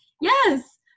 Yes